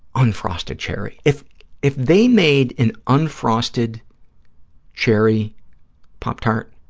unfrosted cherry? if if they made an unfrosted cherry pop tart,